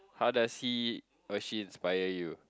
how does he or she inspire you